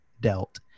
dealt